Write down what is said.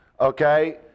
Okay